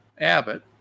Abbott